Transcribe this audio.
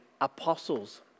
apostles